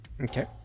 Okay